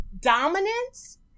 dominance